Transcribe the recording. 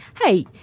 Hey